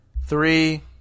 Three